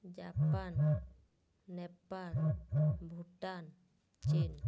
Japan Nepal Bhutan chin